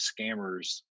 scammers